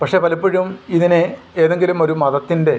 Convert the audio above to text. പക്ഷെ പലപ്പോഴും ഇതിനെ ഏതെങ്കിലും ഒരു മതത്തിൻ്റെ